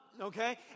Okay